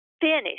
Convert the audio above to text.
finish